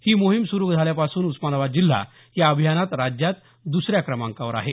ही मोहीम सुरू झाल्यापासून उस्मानाबाद जिल्हा या अभियानात राज्यात दुसरा क्रमांकवर राहिलेला आहे